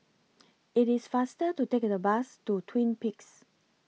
IT IS faster to Take The Bus to Twin Peaks